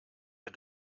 der